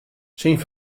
syn